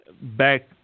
back